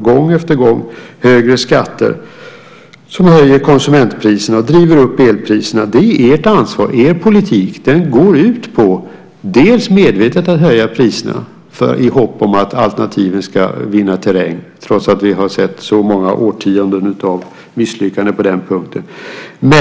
gång efter gång lagt på högre skatter som höjer konsumentpriserna och driver upp elpriserna. Det är ert ansvar och er politik. Den går ut på att medvetet höja priserna i hopp om att alternativen ska vinna terräng trots att vi har sett så många årtionden av misslyckanden på den punkten.